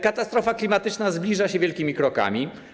Katastrofa klimatyczna zbliża się wielkimi krokami.